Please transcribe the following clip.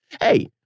hey